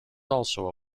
also